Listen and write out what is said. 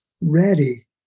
ready